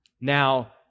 Now